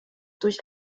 durch